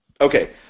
Okay